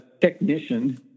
technician